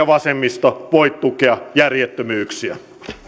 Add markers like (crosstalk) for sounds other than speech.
(unintelligible) vasemmisto voi tukea järjettömyyksiä